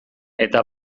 eta